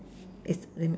is in